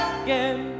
again